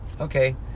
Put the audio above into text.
Okay